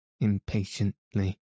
impatiently